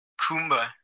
Kumba